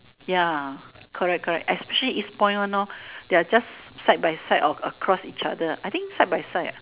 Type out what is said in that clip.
ya correct correct especially it's point one lor they're just side by side or across each other I think side by side ah